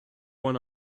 one